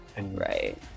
Right